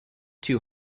too